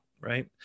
right